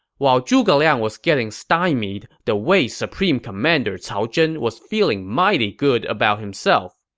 while zhuge liang was getting stymied, the wei supreme commander cao zhen was feeling mighty good about himself.